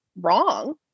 wrong